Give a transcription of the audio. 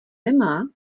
nemá